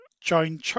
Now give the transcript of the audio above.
join